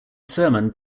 sermon